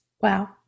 Wow